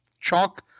chalk